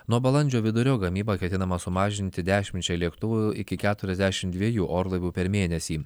nuo balandžio vidurio gamybą ketinama sumažinti dešimčia lėktuvų iki keturiasdešim dviejų orlaivių per mėnesį